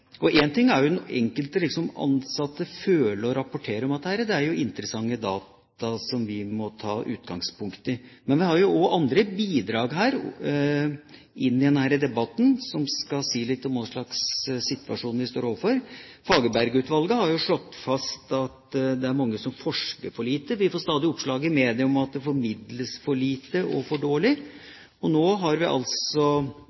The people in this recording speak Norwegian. ting er hva den enkelte ansatte føler og rapporterer om dette, det er jo interessante data som vi må ta utgangspunkt i, men vi har også andre bidrag inn i denne debatten som skal si litt om hva slags situasjon vi står overfor. Fagerberg-utvalget har slått fast at det er mange som forsker for lite. Vi får stadig oppslag i media om at det formidles for lite og for